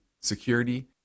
security